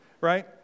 right